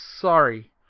sorry